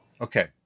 okay